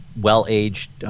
well-aged